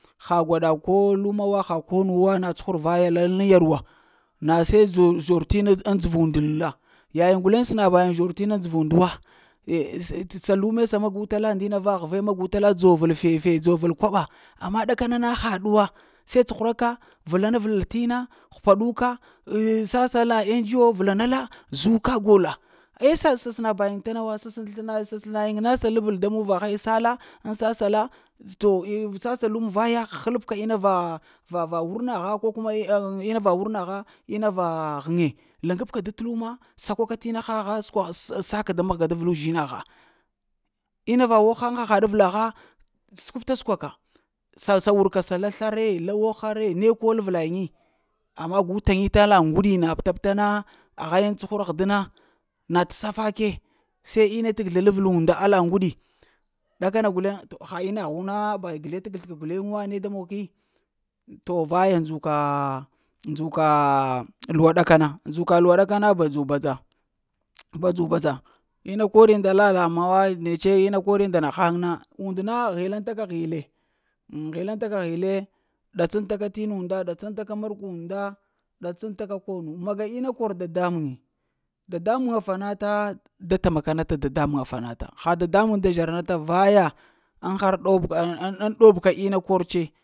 Ha gwaɗa ko luma wa, ha ko nuwa na cuhura vana laŋ ŋ yarwa. Na seh zort'inna ŋ dzva undulla yayiŋ guleŋ sənaŋ ba yiŋ zort’ ina ŋ dzva und wa, eh s t lume sa magota la, nda li na va hvo magu t'lo, dzovəl fefe, dzovəl kwaɓa, amma ɗakana na ha ɗuwa, se cuhuraka vlaɗa vla t’ inna, həpaɗuka? Sassa la ngo vlana la zuka gola eh sa sna bayin tana wa se seŋ sna slna nayiŋ na sa lable da muvaha sa la ŋ sassa la dzaw ŋ sassa luma vaya həlapka ina va, va wurnaha ko kuma ina va wurnaha, ina va xhəŋe, laŋgab ka da t’ luma, sakwa ka t’ naha skw ha sa ka da mahga dvla uzhinaha. Inna va waghaŋe haɗ avlaha, skwab-ta-skwa ka sa-sa wurkasa la sla re, la wogha re ne kor avla yiŋgi. Amma gu taŋgita laŋ uŋgudi hanna pta-pta na, a haŋyiŋ cuhurah d'na, na t’ safake se ina ta kəzlel avla unda alla uŋguɗi, ɗakana guleŋ t ha inna hu na ba kəzle-t'-kəzi ku na ne da mog ki, to vaya ndzuka ndzuka luwa ɗakana ndzuka luwa ɗakana badzu-badza badzu-badza, ma kuri nda la lamuwa nece ma kori nda nahaŋ na, und na hilan taka hile, ŋ hilan ta ka hile. Datsantaka inna unde ɗatsantaka markwu unda ɗatsantaka ko nu, maga inna kor dadamuŋe dadamuŋ fanata da tamaka nata dadamuŋa fanata. Ha dadamuŋ da zhara nata vaya, ŋ har ɗobga ŋ ɗobka inna kor ce.